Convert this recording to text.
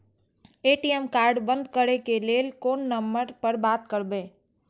ATM card बंद करे के लेल कोन नंबर पर बात करबे?